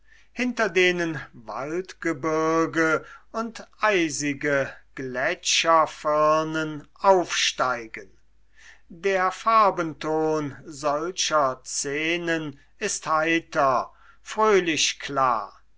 hinter denen waldgebirge und eisige gletscherfirnen aufsteigen der farbenton solcher szenen ist heiter fröhlich klar